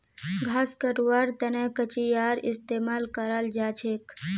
घास कटवार तने कचीयार इस्तेमाल कराल जाछेक